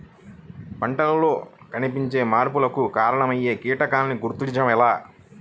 పంటలలో కనిపించే మార్పులకు కారణమయ్యే కీటకాన్ని గుర్తుంచటం ఎలా?